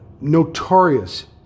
notorious